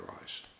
eyes